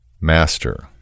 Master